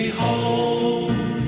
home